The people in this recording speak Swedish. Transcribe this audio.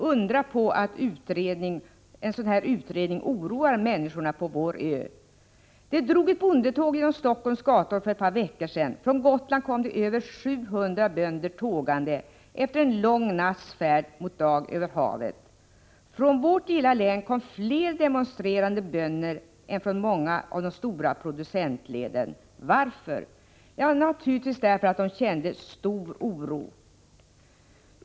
Undra på att en sådan här utredning oroar människorna på vår ö! Det drog ett bondetåg genom Stockholms gator för ett par veckor sedan. Från Gotland kom över 700 bönder tågande efter en lång natts färd mot dag över havet. Från vårt lilla län kom fler demonstrerande bönder än från många av de stora producentleden. Varför? Ja, naturligtvis därför att de kände stor oro.